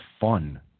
fun